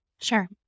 Sure